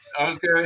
Okay